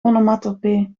onomatopee